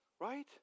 right